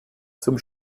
zum